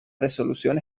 resolución